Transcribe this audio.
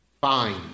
fine